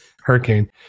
Hurricane